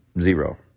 Zero